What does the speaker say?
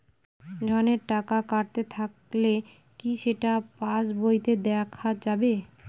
ঋণের টাকা কাটতে থাকলে কি সেটা পাসবইতে দেখা যাবে?